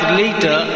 later